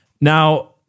Now